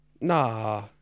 Nah